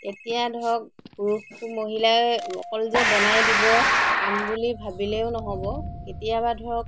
এতিয়া ধৰক পুৰুষ মহিলাই অকল যে বনাই দিব খাম বুলি ভাবিলেও নহ'ব কেতিয়াবা ধৰক